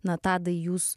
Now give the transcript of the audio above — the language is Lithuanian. na tadai jūs